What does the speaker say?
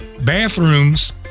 bathrooms